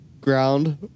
ground